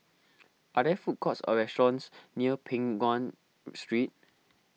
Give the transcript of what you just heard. are there food courts or restaurants near Peng Nguan Street